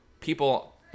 people